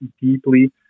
deeply